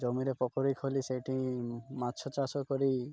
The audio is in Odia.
ଜମିରେ ପଖୋରୀ ଖୋଳି ସେଇଠି ମାଛ ଚାଷ କରି